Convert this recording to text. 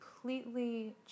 completely